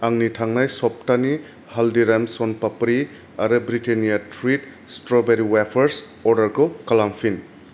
आंनि थांनाय सब्थानि हालदिराम्स सन पाप्रि आरो ब्रिटेनिया त्रिट स्ट्र'बेरि वेफार्स अर्डारखौ खालामफिन